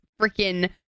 freaking